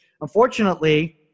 Unfortunately